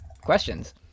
Questions